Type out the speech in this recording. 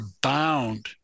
bound